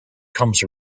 comes